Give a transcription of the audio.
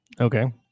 Okay